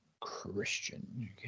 Christian